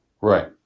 Right